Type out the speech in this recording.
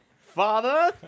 Father